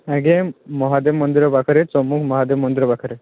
ଆଜ୍ଞା ମହାଦେବ ମନ୍ଦିର ପାଖରେ ଶମ୍ଭୁ ମହାଦେବ ମନ୍ଦିର ପାଖରେ